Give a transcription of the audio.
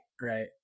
Right